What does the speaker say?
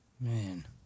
Man